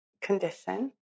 condition